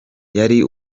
yari